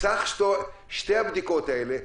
מסך שתי הבדיקות האלה,